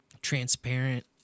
transparent